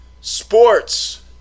Sports